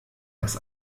das